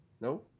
no